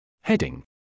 Heading